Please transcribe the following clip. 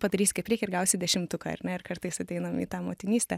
padarysi kaip reikia ir gausi dešimtuką ar ne ir kartais ateinam į tą motinystę